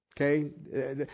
Okay